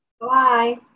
Bye